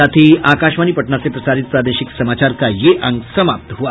इसके साथ ही आकाशवाणी पटना से प्रसारित प्रादेशिक समाचार का ये अंक समाप्त हुआ